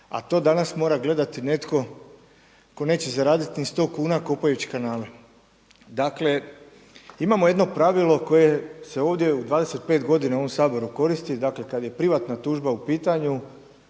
a to danas mora gledati netko tko neće zaraditi ni 100 kuna kopajući kanale. Dakle, imamo jedno pravilo koje se ovdje 25 godina u ovom Saboru koristi, dakle kad je privatna tužba u pitanju